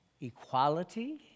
equality